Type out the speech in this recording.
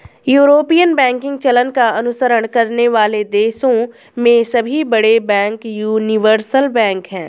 European banking चलन का अनुसरण करने वाले देशों में सभी बड़े बैंक यूनिवर्सल बैंक हैं